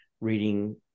reading